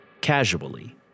casually